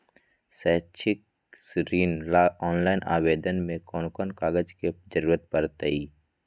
शैक्षिक ऋण ला ऑनलाइन आवेदन में कौन कौन कागज के ज़रूरत पड़तई?